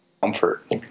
comfort